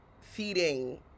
feeding